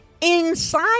Inside